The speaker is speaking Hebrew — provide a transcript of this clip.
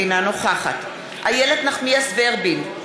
אינה נוכחת איילת נחמיאס ורבין,